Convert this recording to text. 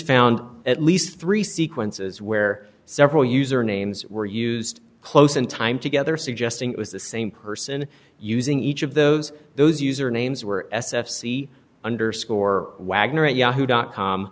found at least three sequences where several usernames were used close in time together suggesting it was the same person using each of those those user names were s f c underscore wagner at yahoo dot com